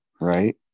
Right